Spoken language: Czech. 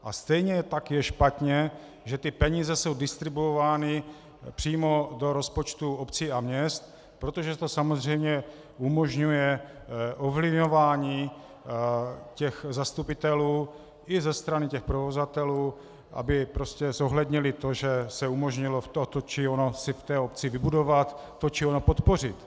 A stejně tak je špatně, že ty peníze jsou distribuovány přímo do rozpočtu obcí a měst, protože to samozřejmě umožňuje ovlivňování zastupitelů i ze strany provozovatelů, aby prostě zohlednili to, že se umožnilo to či ono si v té obci vybudovat, to či ono podpořit.